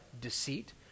deceit